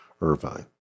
Irvine